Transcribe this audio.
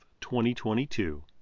2022